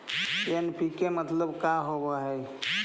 NPK मतलब का होव हइ?